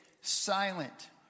silent